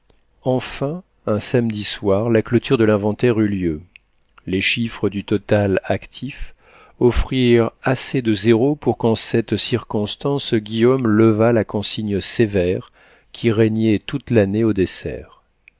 enfin un samedi soir la clôture de l'inventaire eut lieu les chiffres du total actif offrirent assez de zéros pour qu'en cette circonstance guillaume levât la consigne sévère qui régnait toute l'année au dessert